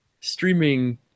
streaming